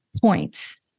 points